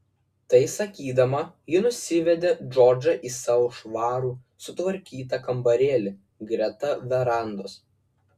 tai sakydama ji nusivedė džordžą į savo švarų sutvarkytą kambarėlį greta verandos